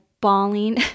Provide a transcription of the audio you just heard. bawling